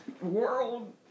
World